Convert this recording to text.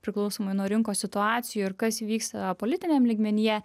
priklausomai nuo rinkos situacijų ir kas vyksta politiniam lygmenyje